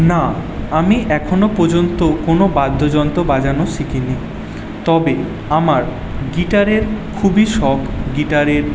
না আমি এখনও পর্যন্ত কোনো বাদ্যযন্ত্র বাজানো শিখিনি তবে আমার গিটারের খুবই শখ গিটারের